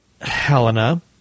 Helena